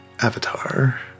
Avatar